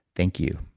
thank you